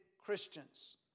Christians